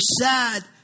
sad